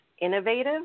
innovative